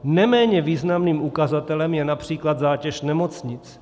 Neméně významným ukazatelem je například zátěž nemocnic.